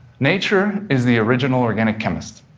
nature is the original organic chemist,